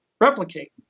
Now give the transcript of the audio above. replicate